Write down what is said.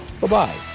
Bye-bye